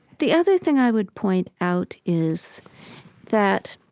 the other thing i would point out is that